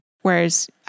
Whereas